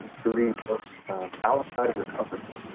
read books outside of your comfort zone.